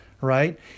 right